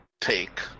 take